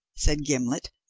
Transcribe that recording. said gimblet,